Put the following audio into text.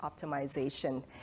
optimization